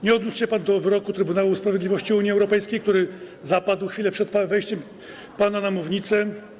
Nie odniósł się pan do wyroku Trybunału Sprawiedliwości Unii Europejskiej, który zapadł chwilę przed pana wejściem na mównicę.